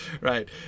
Right